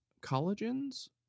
collagens